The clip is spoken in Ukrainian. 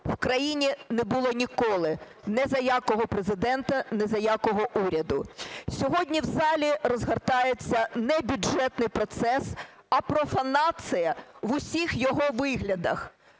в країні не було ніколи ні за якого Президента, ні за якого уряду. Сьогодні в залі розгортається не бюджетний процес, а профанація в усіх його виглядах.